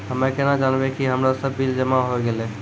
हम्मे केना जानबै कि हमरो सब बिल जमा होय गैलै?